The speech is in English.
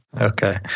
Okay